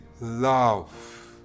love